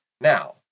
now